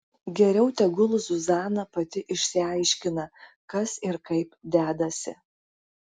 geriau tegul zuzana pati išsiaiškina kas ir kaip dedasi